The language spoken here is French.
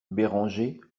béranger